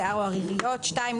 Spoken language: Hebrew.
השיער או הריריות (Mucous Membranes).